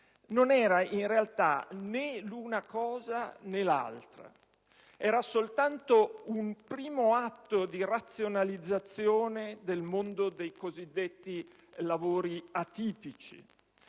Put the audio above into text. non era in realtà né l'una cosa né l'altra: era soltanto un primo atto di razionalizzazione del mondo dei cosiddetti lavori atipici.